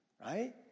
right